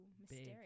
mysterious